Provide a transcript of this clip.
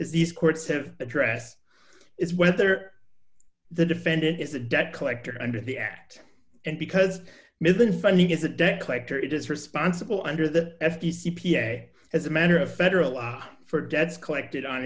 is these courts have address is whether the defendant is a debt collector under the act and because millen funding is a debt collector it is responsible under the f t c p s a as a matter of federal law for debts collected on